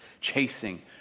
chasing